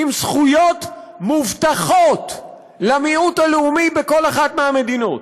עם זכויות מובטחות למיעוט הלאומי בכל אחת מהמדינות: